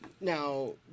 Now